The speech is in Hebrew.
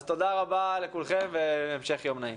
תודה רבה לכולכם והמשך יום נעים.